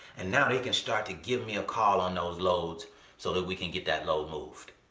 and now they can start to give me a call on those loads so that we can get that load moved.